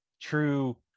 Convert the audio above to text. true